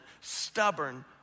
stubborn